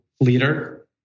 leader